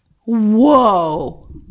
Whoa